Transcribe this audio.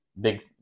big